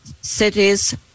cities